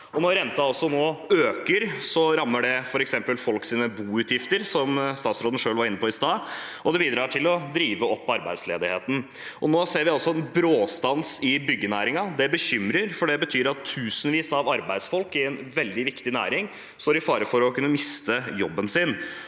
Når renten nå også øker, rammer det f.eks. folks boutgifter, som statsråden selv var inne på i stad, og det bidrar til å drive opp arbeidsledigheten. Nå ser vi altså en bråstans i byggenæringen. Det bekymrer, for det betyr at tusenvis av arbeidsfolk i en veldig viktig næring står i fare for å kunne miste jobben sin.